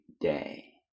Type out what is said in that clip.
day